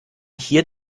hier